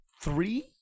three